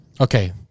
Okay